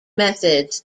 methods